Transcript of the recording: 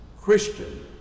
Christian